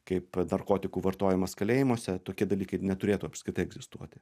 kaip narkotikų vartojimas kalėjimuose tokie dalykai neturėtų apskritai egzistuoti